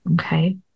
okay